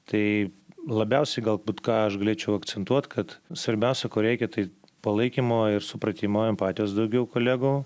tai labiausiai galbūt ką aš galėčiau akcentuot kad svarbiausia ko reikia tai palaikymo ir supratimo empatijos daugiau kolegų